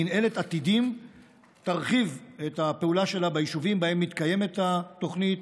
מינהלת עתידים תרחיב את הפעולה שלה ביישובים שבהם מתקיימת התוכנית,